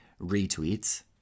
retweets